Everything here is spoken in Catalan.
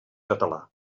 català